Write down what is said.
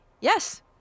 Yes